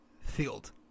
field